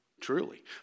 Truly